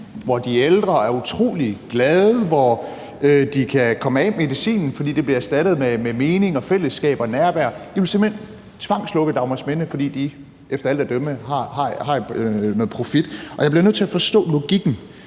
hvor de ældre er utrolig glade, hvor de kan komme af med medicinen, fordi det bliver erstattet med mening og fællesskab og nærvær; I vil simpelt hen tvangslukke Dagmarsminde, fordi de efter alt at dømme har noget profit. Jeg bliver nødt til at forstå logikken: